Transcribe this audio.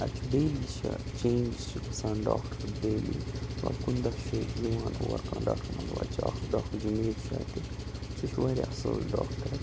اَتہِ چھِ ڈیلی چھِ چینٛجِز چھِ گَژھان ڈاکٹر ڈیلی مطلب کُنہِ دۄہ چھُ یِوان اور کانٛہہ ڈاکٹر مطلب اَتہِ چھُ اَکھ ڈاکٹر جُنید چھُ اَتہِ سُہ چھُ واریاہ اصٕل ڈاکٹر